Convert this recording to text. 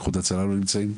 איחוד הצלה לא נמצאים,